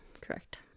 Correct